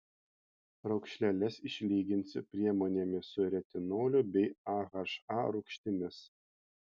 raukšleles išlyginsi priemonėmis su retinoliu bei aha rūgštimis